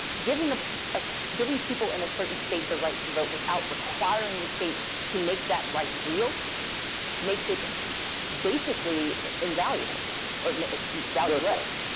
giving ah ah so giving people in a certain state the right to vote without requiring the state to make that right real makes it basically invaluable or valueless.